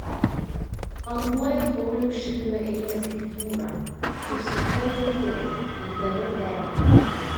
banguoja pauliaus širvio eilės kaip jūra kaip siūbuoja vyrai eidami deniu